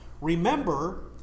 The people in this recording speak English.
Remember